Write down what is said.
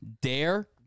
dare